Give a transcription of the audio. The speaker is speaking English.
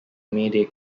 mayday